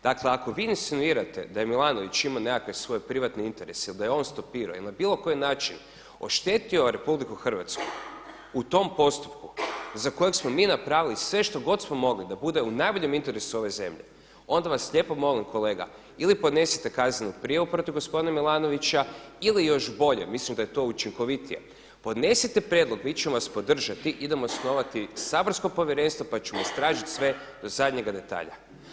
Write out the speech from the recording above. Dakle, ako vi insinuirate da je Milanović imao nekakve svoje privatne interes ili da je on stopirao ili na bilo koji način oštetio Republiku Hrvatsku u tom postupku za kojeg smo mi napravili sve što god smo mogli da bude u najboljem interesu ove zemlje onda vas lijepo molim kolega ili podnesite kaznenu prijavu protiv gospodina Milanovića, ili još bolje mislim da je to učinkovitije podnesite prijedlog, mi ćemo vas podržati, idemo osnovati saborsko povjerenstvo pa ćemo istražiti sve do zadnjega detalja.